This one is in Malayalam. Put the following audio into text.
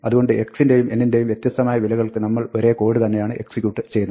അതുകൊണ്ട് x ൻറെയും n ൻറെയും വ്യത്യസ്തമായ വിലകൾക്ക് നമ്മൾ ഒരേ കോഡ് തന്നെയാണ് എക്സിക്യൂട്ട് ചെയ്യുന്നത്